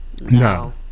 No